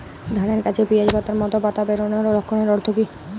ধানের গাছে পিয়াজ পাতার মতো পাতা বেরোনোর লক্ষণের অর্থ কী?